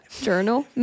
journal